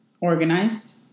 organized